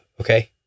Okay